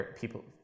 people